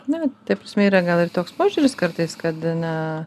na ta prasme yra gal ir toks požiūris kartais kad na